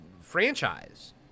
franchise